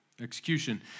execution